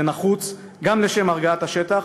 זה נחוץ גם לשם הרגעת השטח,